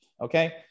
Okay